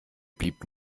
blieb